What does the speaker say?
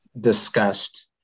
discussed